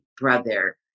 brother